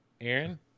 Aaron